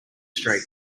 street